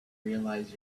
realize